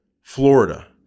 Florida